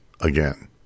again